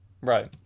Right